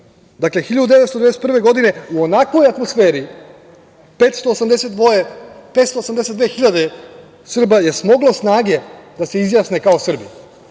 dakle 1991. godine u onakvoj atmosferi 582 hiljade Srba je smoglo snage da se izjasne kao Srbi,